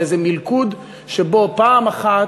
באיזה מלכוד שבו פעם אחת,